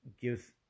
gives